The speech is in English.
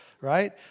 right